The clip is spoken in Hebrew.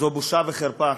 זו בושה וחרפה,